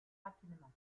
rapidement